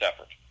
effort